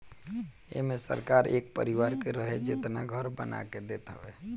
एमे सरकार एक परिवार के रहे जेतना घर बना के देत हवे